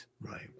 right